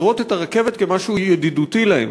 לראות את הרכבת כמשהו ידידותי להם.